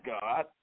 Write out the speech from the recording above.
God